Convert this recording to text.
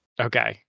Okay